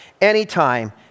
anytime